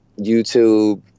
YouTube